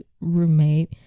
roommate